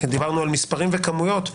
דיברנו על מספרים וכמויות.